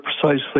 precisely